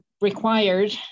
required